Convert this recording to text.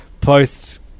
post